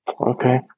Okay